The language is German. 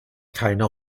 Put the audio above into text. keine